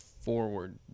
forward